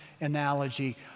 analogy